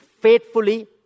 faithfully